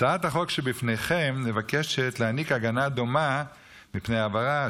הצעת החוק שבפניכם מבקשת להעניק הגנה דומה מפני העברה,